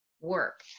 work